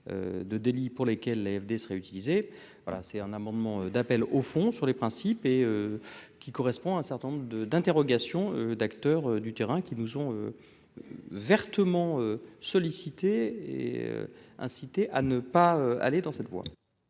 de délits pour lesquels l'voilà c'est un amendement d'appel au fond sur les principes et qui correspond à un certain nombre de d'interrogations, d'acteurs du terrain qui nous ont vertement sollicité et inciter à ne pas aller dans cette voie.